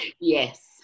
Yes